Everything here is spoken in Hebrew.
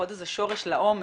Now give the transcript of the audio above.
שורש לעומק,